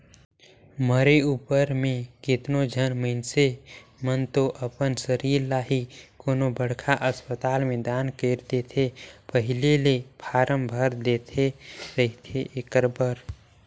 मरे उपर म केतनो झन मइनसे मन तो अपन सरीर ल ही कोनो बड़खा असपताल में दान कइर देथे पहिली ले फारम भर दे रहिथे एखर बर